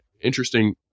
interesting